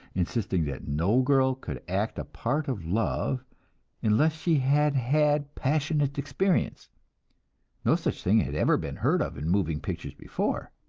insisting that no girl could act a part of love unless she had had passionate experience no such thing had ever been heard of in moving pictures before.